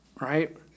right